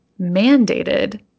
mandated